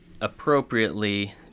appropriately